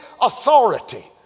authority